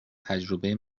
تجربه